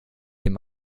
dem